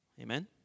amen